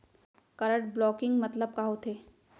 Card blocking मतलब का होथे?